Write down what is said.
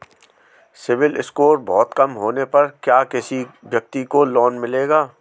CIBIL score बहुत कम होने पर क्या किसी व्यक्ति को लोंन मिलेगा?